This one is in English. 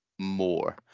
more